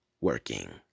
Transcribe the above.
working